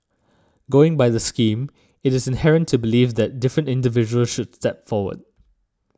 going by the scheme it is inherent to believe that different individuals that step forward